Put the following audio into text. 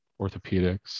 orthopedics